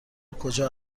کجا